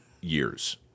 years